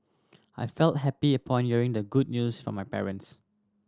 I felt happy upon hearing the good news from my parents